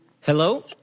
Hello